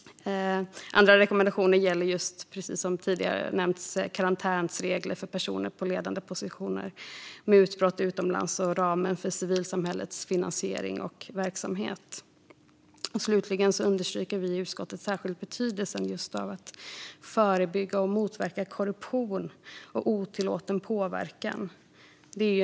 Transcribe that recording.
Andra rekommendationer gäller, som tidigare har nämnts, karantänsregler för personer på ledande positioner, mutbrott utomlands och ramen för civilsamhällets finansiering och verksamhet. Slutligen understryker vi i utskottet särskilt betydelsen av att förebygga och motverka korruption och otillåten påverkan.